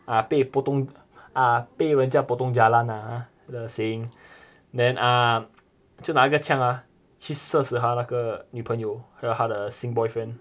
ah 被 ah 被人家 jialat then ah 就拿一个枪 ah 去射死他那个女朋友跟他的新 boyfriend